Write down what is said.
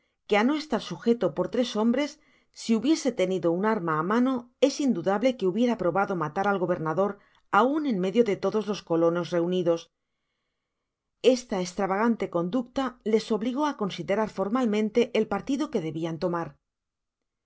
que á no estar sujeto por tres hombres si hubiese tenido üa arma á mano es indudable que hubiera probado matar al gobernador aun en medio de todos los colonos reunidos esta estravegante conducta les obligó á considerar formalmente el partido que debian tomar